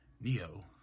neo